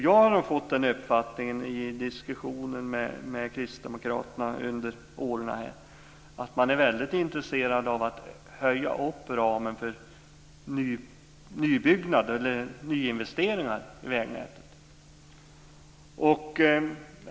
Jag har fått den uppfattningen i diskussioner med kristdemokrater under åren att de är väldigt intresserade av att utöka ramen för nyinvesteringar i vägnätet.